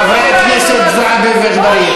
חברי הכנסת זועבי ואגבאריה.